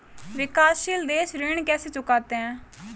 विकाशसील देश ऋण कैसे चुकाते हैं?